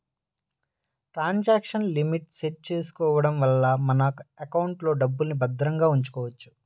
transaction limit set చేసుకోడం వల్ల మన ఎకౌంట్లో డబ్బుల్ని భద్రంగా ఉంచుకోవచ్చు